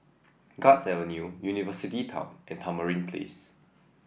Guards Avenue University Town and Tamarind Place